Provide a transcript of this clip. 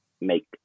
make